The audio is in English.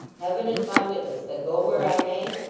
heaven is my witness that go where i may,